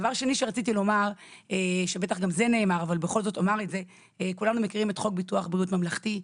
הדבר השני שרציתי לומר זה שכולנו מכירים את חוק ביטוח הבריאות הממלכתי,